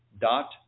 dot